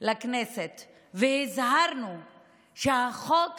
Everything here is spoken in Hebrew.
לכנסת והזהרנו שבחוק הזה,